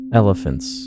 elephants